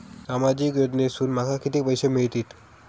सामाजिक योजनेसून माका किती पैशे मिळतीत?